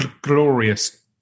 glorious